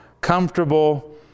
comfortable